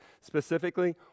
specifically